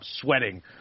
sweating